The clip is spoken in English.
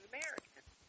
Americans